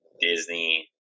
Disney